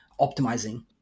optimizing